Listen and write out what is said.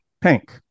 Pink